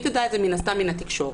היא תדע את זה מן הסתם מן התקשורת.